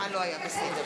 (קוראת בשמות חברי הכנסת)